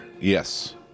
Yes